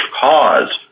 cause